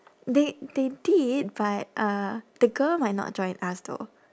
they they did but uh the girl might not join us though